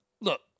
Look